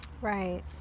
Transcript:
right